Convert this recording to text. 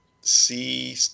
see